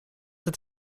het